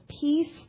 peace